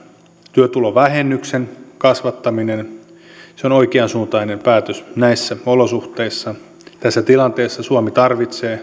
työtulovähennyksen kasvattaminen on oikeansuuntainen päätös näissä olosuhteissa tässä tilanteessa suomi tarvitsee